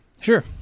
sure